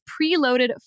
preloaded